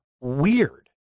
weird